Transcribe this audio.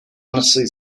honestly